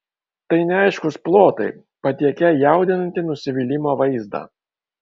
tai neaiškūs plotai patiekią jaudinantį nusivylimo vaizdą